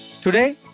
Today